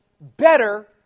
better